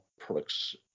products